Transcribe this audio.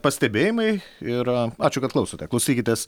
pastebėjimai ir ačiū kad klausote klausykitės